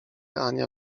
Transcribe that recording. ania